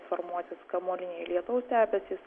formuosis kamuoliniai lietaus debesys